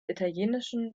italienischen